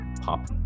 pop